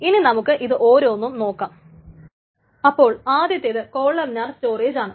ഇനി നമുക്ക് ഇത് ഓരോന്നും നോക്കാം അപ്പോൾ ആദ്യത്തെത് കോളംനാർ സ്റ്റോറേജ് ആണ്